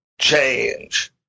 change